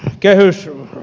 mikkelissä